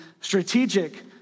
strategic